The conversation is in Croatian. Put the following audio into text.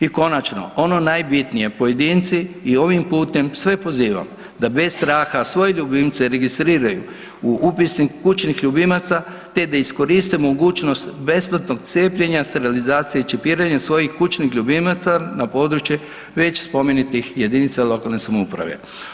I konačno, ono najbitnije, pojedinci i ovim putem, Sve pozivam da bez straha svoje ljubimce registriraju u Upisnik kućnih ljubimaca, te da iskoriste mogućnost besplatnog cijepljenja, sterilizacije i čipiranja svojih kućnih ljubimaca na području već spomenutih JLS-ova.